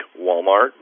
Walmart